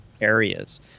areas